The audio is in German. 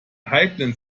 heiklen